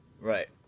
Right